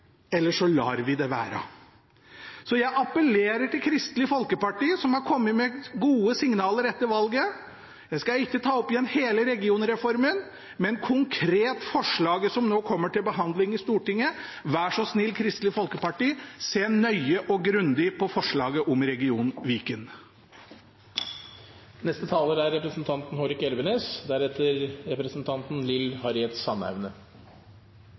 eller så lar vi det være. Så jeg appellerer til Kristelig Folkeparti, som har kommet med gode signaler etter valget. Jeg skal ikke ta opp igjen hele regionreformen, men konkret forslaget som nå kommer til behandling i Stortinget: Vær så snill, Kristelig Folkeparti, se nøye og grundig på forslaget om